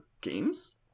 games